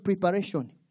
preparation